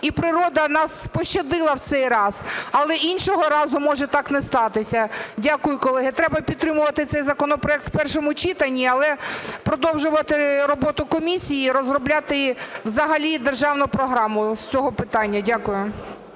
і природа нас пощадила в цей раз, але іншого разу може так не статися. Дякую, колеги. Треба підтримувати цей законопроект в першому читанні, але продовжувати роботу комісії і розробляти взагалі державну програму з цього питання. Дякую.